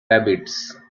rabbits